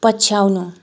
पछ्याउनु